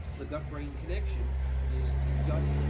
look up brain connection is the gut,